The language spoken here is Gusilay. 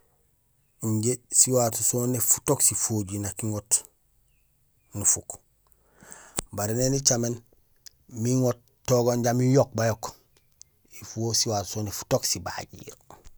Injé siwato soni futook sifojiir nak iŋoot nufuk. Baré néni icaméén imbi iŋoot togoom jambi iyook bayook il faut siwato soni futook sibagiir.